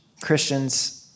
Christians